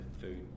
food